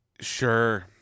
Sure